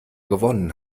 gewonnen